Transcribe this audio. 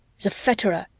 the fetterer,